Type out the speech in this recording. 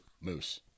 Moose